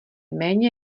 méně